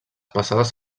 passades